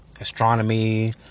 astronomy